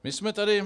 My jsme tady...